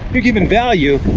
you're giving value.